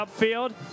upfield